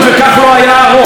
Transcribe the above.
וכך לא היה הרוב.